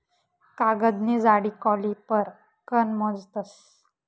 कागदनी जाडी कॉलिपर कन मोजतस